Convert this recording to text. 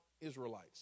Israelites